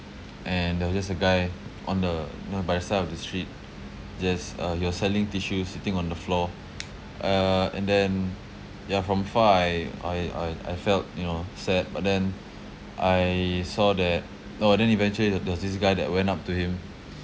and there was just a guy on the you know by the side of the street just uh he was selling tissue sitting on the floor uh and then ya from far I I I I felt you know sad but then I saw that orh then eventually there there was this guy that went up to him